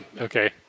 Okay